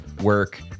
work